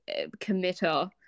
committer